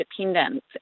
independence